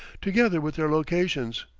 together with their locations.